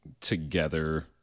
together